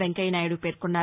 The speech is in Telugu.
వెంకయ్యనాయుడు పేర్నొన్నారు